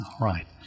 Right